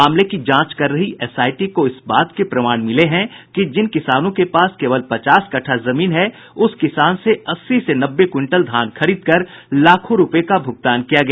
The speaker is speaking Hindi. मामले की जांच कर रही एसआईटी को इस बात के प्रमाण मिले हैं कि जिन किसानों के पास पचास कट्ठा जमीन है उस किसान से अस्सी से नब्बे क्विंटल धान खरीदकर लाखों रूपये का भूगतान किया गया